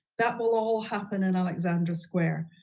that will all happen in alexandra square.